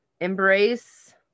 Embrace